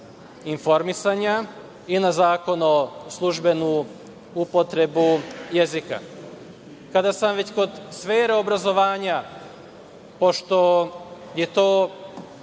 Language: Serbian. informisanja i na Zakon o službenoj upotrebi jezika. Kada sam već kod sfere obrazovanja, pošto je to